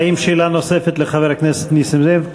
האם יש שאלה נוספת לחבר הכנסת נסים זאב?